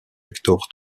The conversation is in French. hector